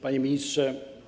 Panie Ministrze!